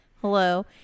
hello